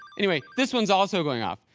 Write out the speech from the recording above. anyway, this one is also going off.